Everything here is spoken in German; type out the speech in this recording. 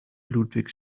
ludwigs